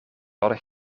hadden